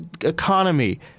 economy